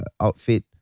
outfit